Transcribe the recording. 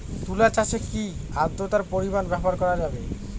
তুলা চাষে কি আদ্রর্তার পরিমাণ ব্যবহার করা যাবে?